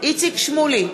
איציק שמולי,